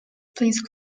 please